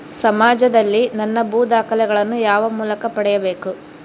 ಸಮಾಜದಲ್ಲಿ ನನ್ನ ಭೂ ದಾಖಲೆಗಳನ್ನು ಯಾವ ಮೂಲಕ ಪಡೆಯಬೇಕು?